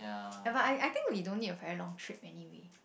ya but I I think we don't need a very long trip anyway